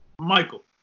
Michael